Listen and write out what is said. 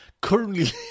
currently